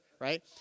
right